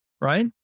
right